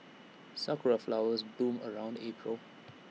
Sakura Flowers bloom around April